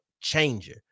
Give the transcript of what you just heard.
changer